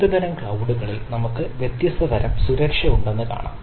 വിവിധതരം ക്ളൌഡ്കളിൽ നമുക്ക് വ്യത്യസ്ത തരം സുരക്ഷ ഉണ്ടെന്ന് കാണാം